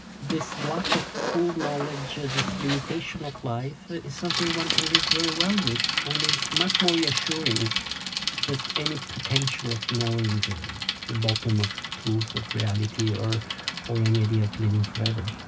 this lack of full knowledge, ah this limitation of life, is something one can live very well with, and is much more reassuring than any potential of knowing the the bottom of truth of reality or or any idea of living forever